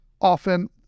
often